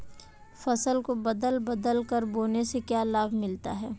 फसल को बदल बदल कर बोने से क्या लाभ मिलता है?